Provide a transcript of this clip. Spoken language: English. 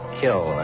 kill